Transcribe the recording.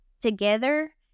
Together